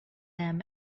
them